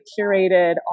curated